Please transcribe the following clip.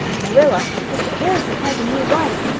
marilla, mr. harrison has a new wife.